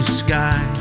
sky